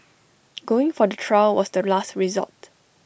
going for the trial was the last resort